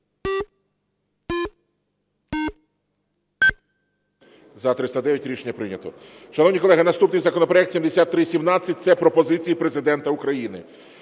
За-309 Рішення прийнято. Шановні колеги, наступний законопроект 7317 – це пропозиції Президента України.